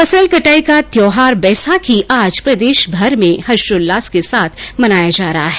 फसल कटाई का त्यौहार बैसाखी आज प्रदेशभर में हर्षोल्लास के साथ मनाया जा रहा है